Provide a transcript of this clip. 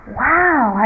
wow